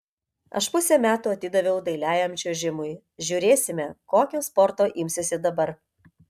aš pusę metų atidaviau dailiajam čiuožimui žiūrėsime kokio sporto imsiuosi dabar